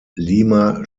lima